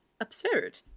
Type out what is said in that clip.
absurd